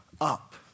up